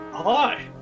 Hi